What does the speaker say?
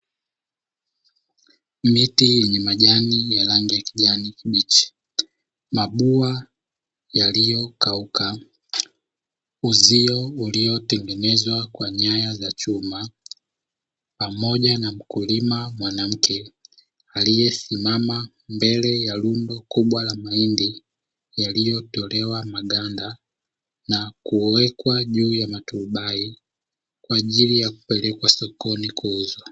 Miti yenye majani ya rangi ya kijani kibichi, mabua yaliyokauka, uzio uliotengenezwa kwa nyaya za chuma pamoja na mkulima mwanamke aliyesimama mbele ya rundo kubwa la mahindi, yaliyotolewa maganda na kuwekwa juu ya maturubai kwa ajili ya kupelekwa sokoni kuuzwa.